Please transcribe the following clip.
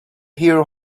hero